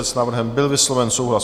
S návrhem byl vysloven souhlas.